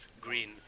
Green